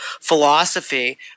philosophy